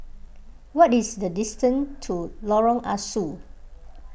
what is the distance to Lorong Ah Soo